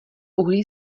uhlí